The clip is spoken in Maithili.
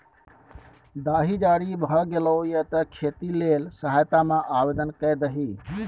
दाही जारी भए गेलौ ये तें खेती लेल सहायता मे आवदेन कए दही